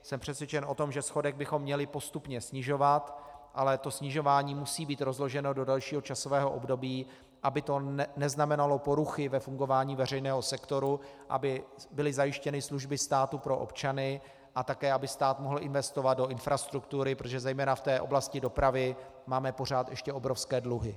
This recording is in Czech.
Jsem přesvědčen o tom, že schodek bychom měli postupně snižovat, ale to snižování musí být rozloženo do delšího časového období, aby to neznamenalo poruchy ve fungování veřejného sektoru, aby byly zajištěny služby státu pro občany a také aby stát mohl investovat do infrastruktury, protože zejména v oblasti dopravy máme pořád ještě obrovské dluhy.